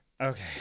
Okay